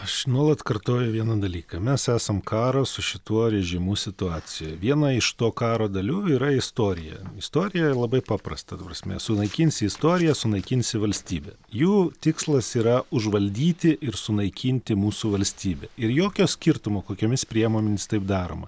aš nuolat kartoju vieną dalyką mes esam karo su šituo režimu situacijoj viena iš to karo dalių yra istorija istorijoje labai paprasta ta prasme sunaikinsi istoriją sunaikinsi valstybę jų tikslas yra užvaldyti ir sunaikinti mūsų valstybę ir jokio skirtumo kokiomis priemonėmis taip daroma